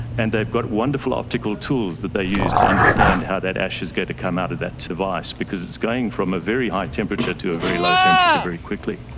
and they've got wonderful optical tools that they use to understand how that ash is going to come out of that device because it's going from a very high temperature to a very low temperature very quickly.